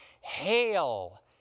Hail